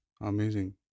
Amazing